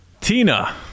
Tina